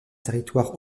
territoire